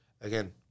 again